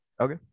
Okay